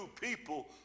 people